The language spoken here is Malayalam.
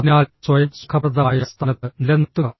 അതിനാൽ സ്വയം സുഖപ്രദമായ സ്ഥാനത്ത് നിലനിർത്തുക